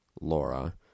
Laura